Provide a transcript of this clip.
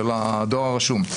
של הדואר הרשום.